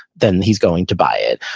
then he's going to buy it.